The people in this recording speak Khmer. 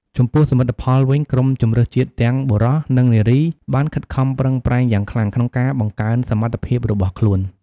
ចំពោះសមិទ្ធផលវិញ ក្រុមជម្រើសជាតិទាំងបុរស និងនារីបានខិតខំប្រឹងប្រែងយ៉ាងខ្លាំងក្នុងការបង្កើនសមត្ថភាពរបស់ខ្លួន។